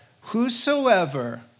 whosoever